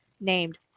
named